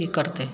की करतै